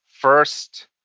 first